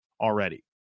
already